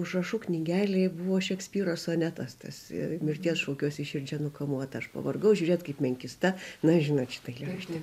užrašų knygelėj buvo šekspyro sonetas tas mirties šaukiuosi širdžia nukamuota aš pavargau žiūrėti kaip menkysta na žinai šitą eilėraštį